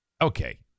Okay